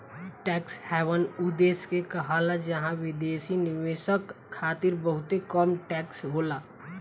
tax haven उ देश के कहाला जहां विदेशी निवेशक खातिर बहुते कम टैक्स होला